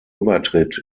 übertritt